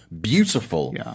beautiful